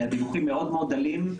הדיווחים מאוד מאוד דלים,